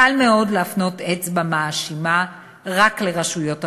קל מאוד להפנות אצבע מאשימה רק לרשויות הרווחה.